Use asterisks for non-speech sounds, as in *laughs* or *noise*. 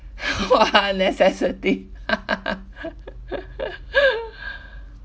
*laughs* !wah! necessity *laughs*